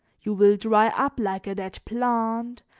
you will dry up like a dead plant,